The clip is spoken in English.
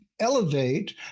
elevate